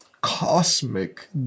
cosmic